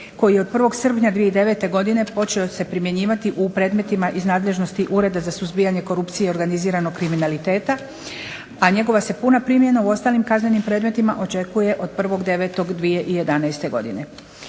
koji je od 1. srpnja 2009. godine počeo se primjenjivati u predmetima iz nadležnosti Ureda za suzbijanje korupcije i organiziranog kriminaliteta, a njegova se puna primjena u ostalim kaznenim predmetima očekuje od 01.09.2011. godine.